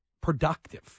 productive